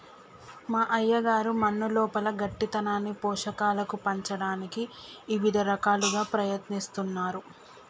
మా అయ్యగారు మన్నులోపల గట్టితనాన్ని పోషకాలను పంచటానికి ఇవిద రకాలుగా ప్రయత్నిస్తున్నారు